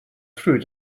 through